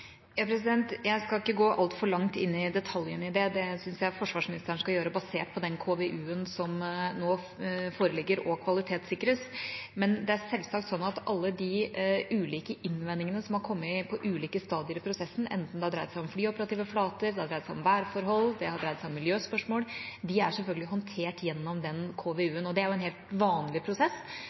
detaljene. Det syns jeg forsvarsministeren skal gjøre, basert på den KVU-en som nå foreligger og kvalitetssikres. Det er selvsagt sånn at alle de ulike innvendingene som har kommet på ulike stadier i prosessen, enten det har dreid seg om flyoperative flater, det har dreid seg om værforhold, eller det har dreid seg om miljøspørsmål, er selvfølgelig håndtert gjennom den KVU-en. Og det er en helt vanlig prosess